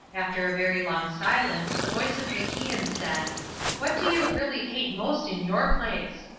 after a very long silence the voice of macian said what do you really hate most in your place?